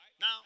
Now